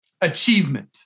achievement